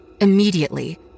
immediately